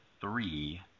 Three